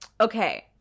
Okay